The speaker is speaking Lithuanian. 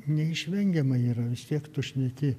neišvengiama yra vis tiek tu šneki